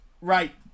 right